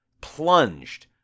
plunged